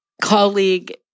colleague